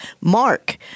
mark